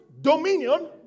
dominion